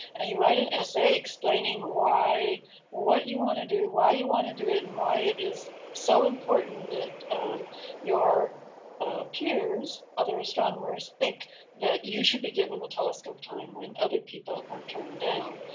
and you write an essay explaining what you want to do, why you want to do it, and why it is so important that your peers, other astronomers, think that you should be given the telescope time when other people are turned down.